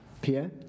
Pierre